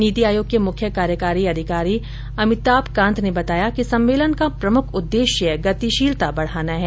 नीति आयोग के मुख्य कार्यकारी अमिताभ कांत ने बताया कि सम्मेलन का प्रमुख उद्देश्य गतिशीलता बढ़ाना है